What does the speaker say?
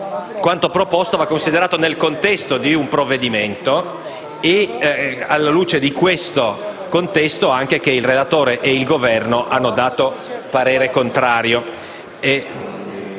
quanto proposto va considerato nel contesto del provvedimento e, alla luce di questo contesto, occorre considerare anche che il relatore ed il Governo hanno dato parere contrario.